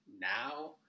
now